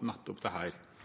ned